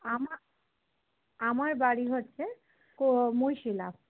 আমার আমার বাড়ি হচ্ছে মহিশিলা